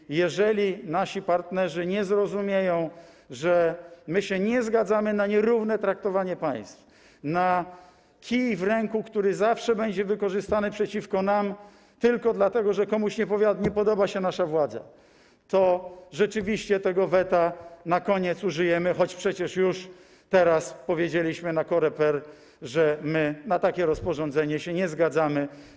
I jeżeli nasi partnerzy nie zrozumieją, że nie zgadzamy się na nierówne traktowanie państw, na kij w ręku, który zawsze będzie wykorzystany przeciwko nam tylko dlatego, że komuś nie podoba się nasza władza, to rzeczywiście tego weta na koniec użyjemy, choć przecież już teraz powiedzieliśmy na posiedzeniu COREPER, że my na takie rozporządzenie się nie zgadzamy.